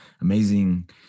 amazing